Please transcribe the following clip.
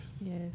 Yes